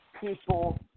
people